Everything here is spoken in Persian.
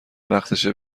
وقتشه